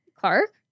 Clark